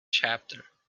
chapter